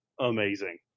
amazing